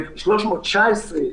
סעיף 319,